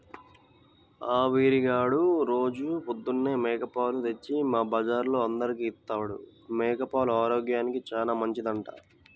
ఆ వీరిగాడు రోజూ పొద్దన్నే మేక పాలు తెచ్చి మా బజార్లో అందరికీ ఇత్తాడు, మేక పాలు ఆరోగ్యానికి చానా మంచిదంట